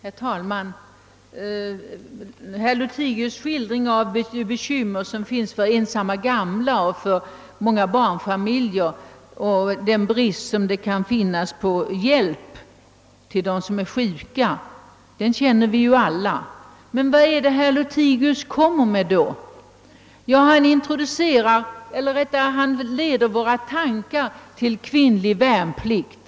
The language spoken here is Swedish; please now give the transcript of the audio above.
Herr talman! Herr Lothigius” skildring av de bekymmer som möter både för ensamma gamla och för många barnfamiljer och den brist på hjälp som kan råda för dem som är sjuka, känner vi alla igen. Men vad är det herr Lothigius har att komma med? Ja, han leder våra tankar till kvinnlig värnplikt.